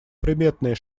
приметная